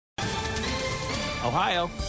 Ohio